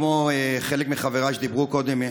כמו חלק מחבריי שדיברו קודם,